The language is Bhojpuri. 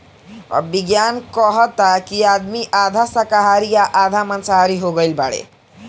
अब विज्ञान कहता कि आदमी आधा शाकाहारी आ आधा माँसाहारी हो गईल बाड़े